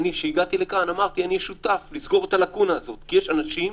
כשהגעתי לכאן אמרתי שאני שותף לסגור את הלקונה הזו כי יש אנשים,